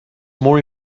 more